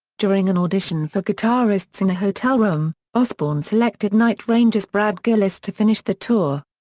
during an audition for guitarists in a hotel room, osbourne selected night ranger's brad gillis to finish the tour.